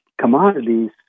commodities